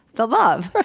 the love.